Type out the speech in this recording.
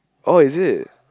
oh is it